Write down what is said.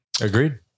Agreed